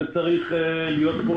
זה היה צריך להיות פה